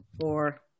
Four